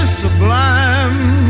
sublime